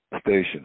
station